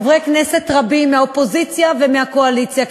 חברי כנסת רבים מהאופוזיציה ומהקואליציה,